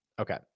Okay